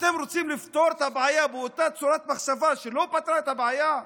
אתם רוצים לפתור את הבעיה באותה צורת מחשבה שלא פתרה את הבעיה,